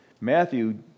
Matthew